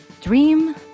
dream